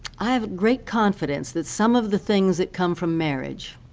i have great confidence that some of the things that come from marriage,